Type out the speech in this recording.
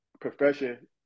profession